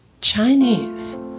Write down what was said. Chinese